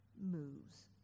moves